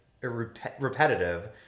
repetitive